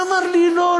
אמר לי: לא,